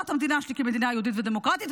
המדינה שלי כמדינה יהודית ודמוקרטית,